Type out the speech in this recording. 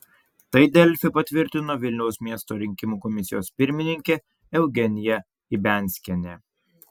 tai delfi patvirtino vilniaus miesto rinkimų komisijos pirmininkė eugenija ibianskienė